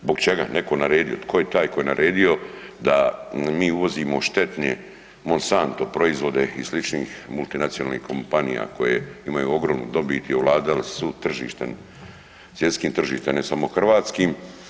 Zbog čega je neko naredio, tko je taj koji je naredio da mi uvozimo štetne Monsanto proizvode i sličnih multinacionalnih kompanija koje imaju ogromnu dobit i ovladali su svud tržištem, svjetskim tržištem, ne samo hrvatskim?